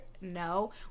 No